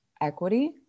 equity